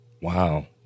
Wow